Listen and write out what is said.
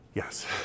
Yes